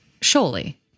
Surely